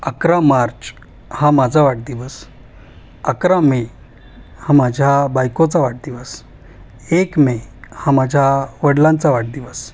अकरा मार्च हा माझा वाढदिवस अकरा मे हा माझ्या बायकोचा वाढदिवस एक मे हा माझ्या वडिलांचा वाढदिवस